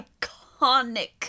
Iconic